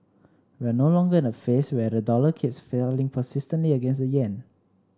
we're no longer in a phase where the dollar keeps falling persistently against the yen